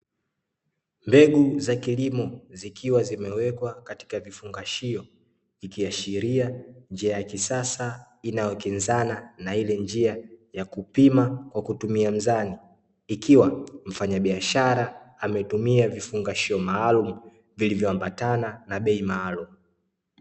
Mbegu za kilimo zikiwa zimewekwa katika vifungashio, ikiashiria njia ya kisasa inayokinzana na ile njia ya kupima kwa kutumia mzani, ikiwa mfanyabiashara ametumia vifungashio maalumu, vilivyoambatana na bei maalumu.